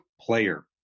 player